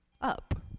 up